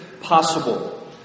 possible